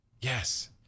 Yes